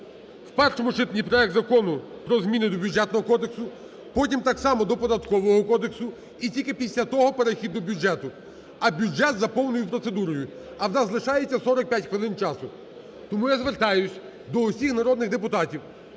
в першому читанні проект Закону про зміни до Бюджетного кодексу, потім так само до Податкового кодексу і тільки після того перехід до бюджету, а бюджет на повною процедурою, а в нас лишається 45 хвилин часу. Тому я звертаюся до всіх народних депутатів,